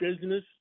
business